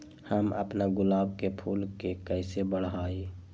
हम अपना गुलाब के फूल के कईसे बढ़ाई?